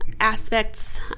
aspects